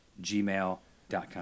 gmail.com